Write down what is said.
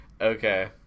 Okay